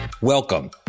Welcome